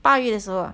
八月的时候 ah